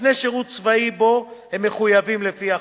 לפני שירות צבאי שהם מחויבים בו לפי החוק.